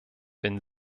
wenn